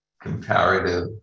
comparative